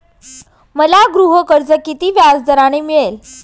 मला गृहकर्ज किती व्याजदराने मिळेल?